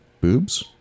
boobs